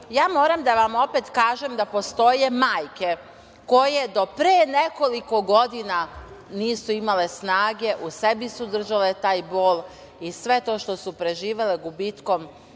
Orliću, da vam kažem da postoje majke koje do pre nekoliko godina nisu imale snage, u sebi su držale taj bol i sve to što su preživele gubitkom